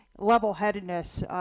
level-headedness